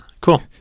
Cool